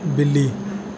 ਬਿੱਲੀ